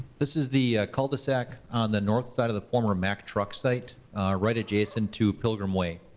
this is the cul-de-sac on the north side of the former mack truck site right adjacent to pilgrim way.